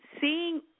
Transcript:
seeing